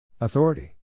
Authority